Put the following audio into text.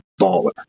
baller